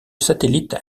satellite